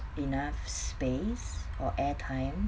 enough space or air time